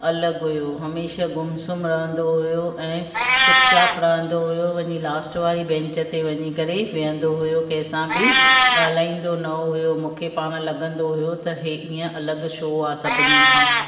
अलॻि हुयो हमेशा गुमसुमु रहंदो हुयो ऐं चुपचाप रहंदो हुयो वञी लास्ट वारी बैंच ते वञी करे विहंदो हुयो कंहिंसां बि ॻाल्हाईंदो न हुयो मूंखे पाण लॻंदो हुयो त हे ईअं अलॻि छो आहे सभिनी खां